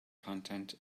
content